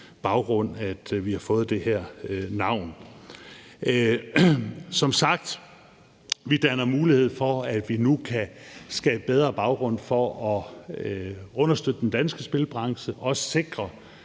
baggrund, at vi har fået det her navn. Som sagt danner vi mulighed for, at vi nu kan skabe bedre baggrund for at understøtte den danske spilbranche og sikre,